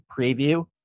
preview